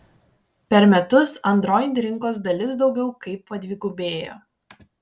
per metus android rinkos dalis daugiau kaip padvigubėjo